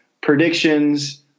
predictions